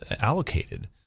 allocated